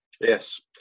Yes